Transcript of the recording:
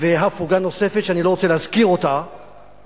והפוגה נוספת שאני לא רוצה להזכיר אותה